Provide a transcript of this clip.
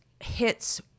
hits